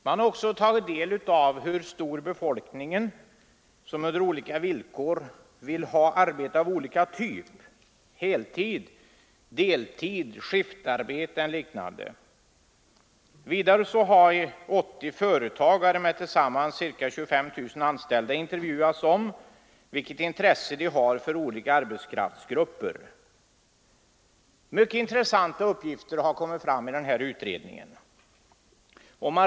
Man har också undersökt hur stor del av befolkningen, som under olika villkor vill ha arbete av olika typ, heltid, deltid, skiftarbete e.d. Vidare har 80 företagare med tillsammans ca 25 000 anställda intervjuats om vilket intresse de har för olika arbetskraftsgrupper. Mycket intressanta uppgifter har kommit fram i utredningen.